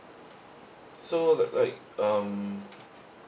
so like um